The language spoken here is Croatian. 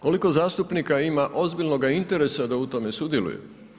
Koliko zastupnika ima ozbiljnoga interesa da u tome sudjeluju?